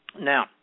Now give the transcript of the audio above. Now